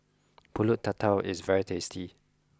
pulut tatal is very tasty